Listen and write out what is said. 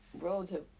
relative